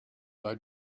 they